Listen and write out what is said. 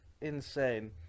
insane